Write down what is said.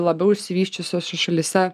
labiau išsivysčiusiose šalyse